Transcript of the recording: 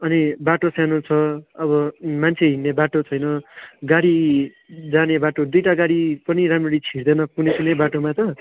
अनि बाटो सानो छ अब मान्छे हिँड्ने बाटो छैन गाडी जाने बाटो दुइवटा गाडी पनि राम्ररी छिर्दैन कुनै कुनै बाटोमा त